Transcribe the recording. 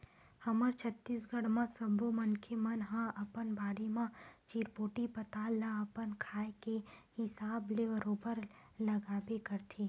हमर छत्तीसगढ़ म सब्बो मनखे मन ह अपन बाड़ी म चिरपोटी पताल ल अपन खाए के हिसाब ले बरोबर लगाबे करथे